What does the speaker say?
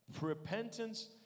Repentance